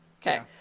Okay